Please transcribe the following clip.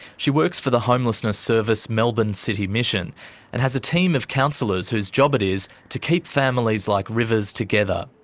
she works for the homelessness service melbourne city mission and has a team of counsellors whose job it is to keep families like river's together.